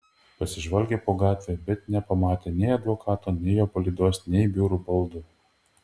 pasižvalgė po gatvę bet nepamatė nei advokato nei jo palydos nei biuro baldų